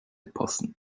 passen